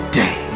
day